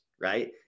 right